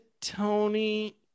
Tony